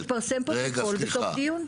מתפרסם פרוטוקול בתום דיון.